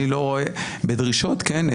אני לא רואה, בדרישות, כן?